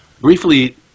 Briefly